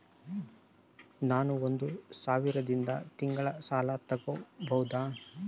ನಾನು ಒಂದು ಸಾವಿರದಿಂದ ತಿಂಗಳ ಸಾಲ ತಗಬಹುದಾ?